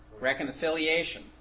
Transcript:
Reconciliation